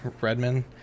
redman